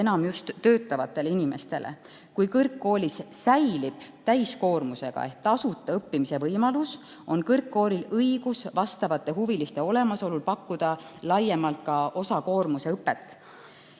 enam just töötavatele inimestele. Kui kõrgkoolis säilib täiskoormusega ehk tasuta õppimise võimalus, on kõrgkoolil õigus huviliste olemasolul pakkuda laiemalt ka osakoormusega õpet.